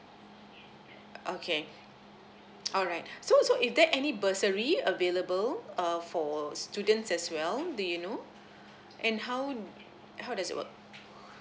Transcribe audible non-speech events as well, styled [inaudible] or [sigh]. okay alright so so is there any bursary available uh for students as well do you know and how how does it work [breath]